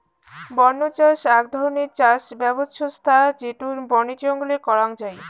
বন্য চাষ আক ধরণের চাষ ব্যবছস্থা যেটো বনে জঙ্গলে করাঙ যাই